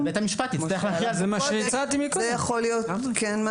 זה כן יכול להיות משהו,